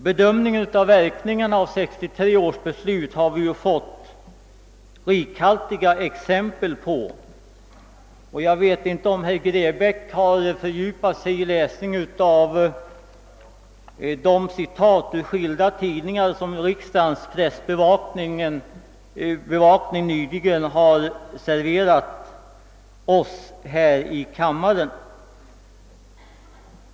Bedömningen av verkningarna av 1963 års beslut har vi ju fått rikhaltiga exempel på. Jag vet inte om herr Grebäck har fördjupat sig i läsningen av de citat ur skilda tidningar som riksdagens pressbevakning nyligen har serverat oss här i kammaren.